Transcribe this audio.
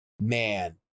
man